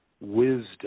wisdom